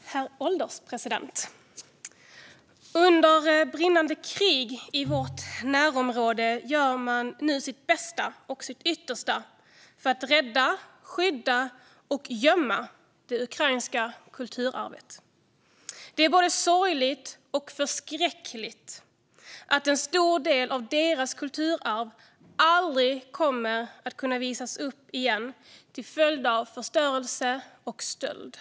Herr ålderspresident! Under brinnande krig i vårt närområde gör man nu sitt bästa och sitt yttersta för att rädda, skydda och gömma det ukrainska kulturarvet. Det är både sorgligt och förskräckligt att en stor del av deras kulturarv aldrig kommer att kunna visas upp igen till följd av förstörelse och stöld.